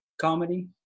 comedy